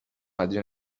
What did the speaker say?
مدیون